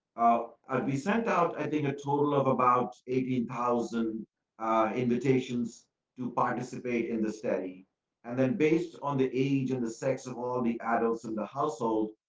ah ah sent out, i think, a total of about eighteen thousand invitations to participate in the study and then, based on the age and the sex of all the adults in the household,